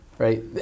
Right